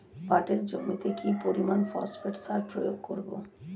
পাটের জমিতে কি পরিমান ফসফেট সার প্রয়োগ করব?